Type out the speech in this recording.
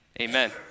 Amen